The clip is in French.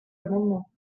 amendements